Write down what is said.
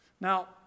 Now